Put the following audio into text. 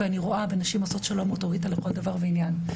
ואני רואה בנשים עושות שלום אוטוריטה לכל דבר ועניין.